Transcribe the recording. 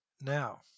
Now